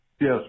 Yes